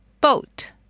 boat